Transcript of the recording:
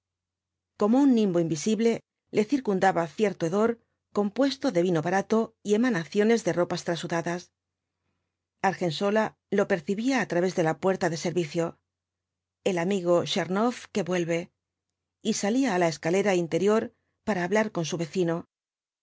como un nimbo invisible le circundaba cierto hedor compuesto de vino barato y emanaciones de ropas trasudadas argensola lo percibía á través de la puerta de servicio el amigo tchernoff que vuelve y salía á la escalera interior para hablar con su vecino